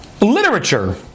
literature